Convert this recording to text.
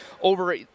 over